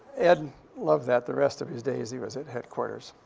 ed loved that the rest of his days he was at headquarters.